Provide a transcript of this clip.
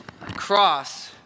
cross